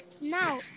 Now